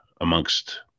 amongst